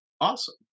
awesome